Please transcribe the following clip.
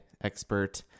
expert